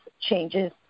changes